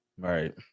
right